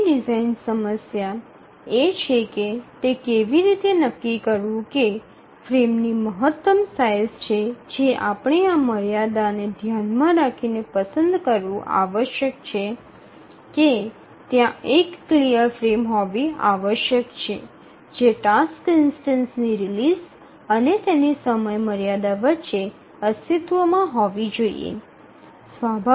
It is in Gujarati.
આપણી ડિઝાઇન સમસ્યા એ છે કે તે કેવી રીતે નક્કી કરવું તે ફ્રેમની મહત્તમ સાઇઝ છે જે આપણે આ મર્યાદાને ધ્યાનમાં રાખી ને પસંદ કરવું આવશ્યક છે કે ત્યાં એક ક્લિયર ફ્રેમ હોવી આવશ્યક છે જે ટાસ્ક ઇન્સ્ટનસની રિલીઝ અને તેની સમયમર્યાદા વચ્ચે અસ્તિત્વમાં હોવી જોઈએ